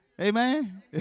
Amen